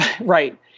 Right